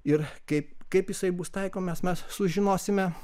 ir kaip kaip jisai bus taikomas mes sužinosime